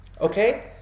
Okay